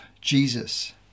Jesus